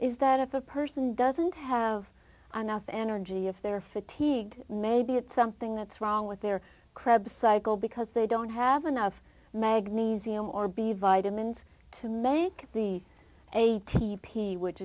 is that if a person doesn't have enough energy if they're fatigued maybe it's something that's wrong with their krebs cycle because they don't have enough magnesium or b vitamins to make the a t p which